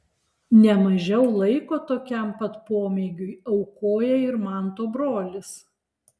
ne mažiau laiko tokiam pat pomėgiui aukoja ir manto brolis